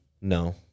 No